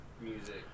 music